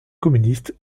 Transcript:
communiste